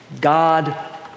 God